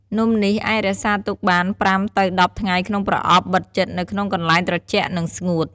នំនេះអាចរក្សាទុកបាន ៥ ទៅ ១០ថ្ងៃក្នុងប្រអប់បិទជិតនៅក្នុងកន្លែងត្រជាក់និងស្ងួត។